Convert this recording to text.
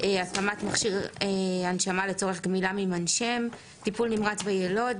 התאמת מכשיר הנשמה לצורך גמילה ממנשם; טיפול נמרץ ביילוד,